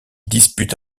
dispute